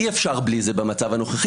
אי-אפשר בלי זה במצב הנוכחי.